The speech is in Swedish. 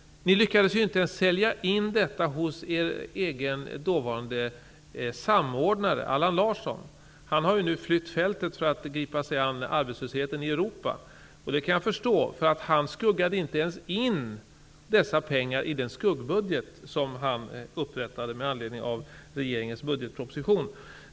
Ni lyckades inte ens sälja in detta hos er egen dåvarande samordnare, Allan Larsson. Han har nu flytt fältet för att gripa sig an arbetslösheten i Europa. Det kan jag förstå, för han skuggade inte in dessa pengar i den skuggbudget som han upprättade med anledning av regeringens budgetproposition.